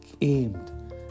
aimed